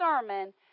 sermon